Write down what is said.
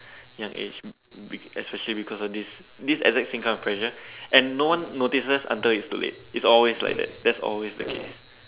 young age be be especially because of this this exact same kind of pressure and no one notices until it's too late it's always like that that's always the case